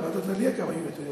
בוועדת עלייה גם היו עדויות.